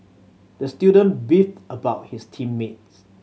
the student beefed about his team mates